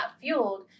fueled